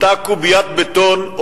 אותה קוביית בטון,